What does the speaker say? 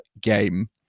game